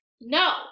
No